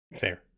Fair